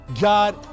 God